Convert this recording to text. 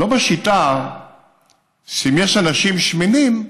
לא בשיטה שאם יש אנשים שמנים,